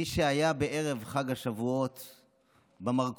מי שהיה בערב חג השבועות במרכולים,